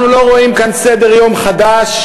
אנחנו לא רואים כאן סדר-יום חדש,